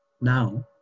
Now